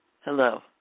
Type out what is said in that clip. Hello